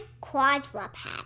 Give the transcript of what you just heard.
quadruped